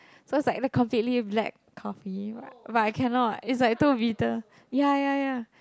so it's like the completely black coffee but but I cannot is like too bitter ya ya ya